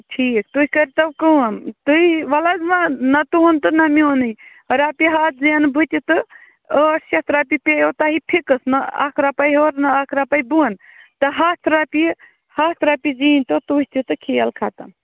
ٹھیٖک تُہۍ کٔرۍ تو کٲم تُہۍ وَلہٕ حظ وۅنۍ نا تُہنٛد تہٕ نا میٛونُے رۄپیہِ ہَتھ زینہٕ بہٕ تہِ ٲٹھ شیٚتھ رۄپیہِ پیٚیَو تۄہہِ فِکٕس نہ اَکھ رۄپے ہیٚور نہ اَکھ رۄپے بۄن تہٕ ہَتھ رۄپیہِ ہَتھ رۄپیہِ زیٖنۍتَو تُہۍ تہِ تہٕ کھیٖل ختم